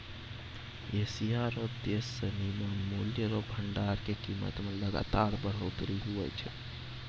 Asia रो देश सिनी मे मूल्य रो भंडार के कीमत मे लगातार बढ़ोतरी हुवै छै